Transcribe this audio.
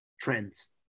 trends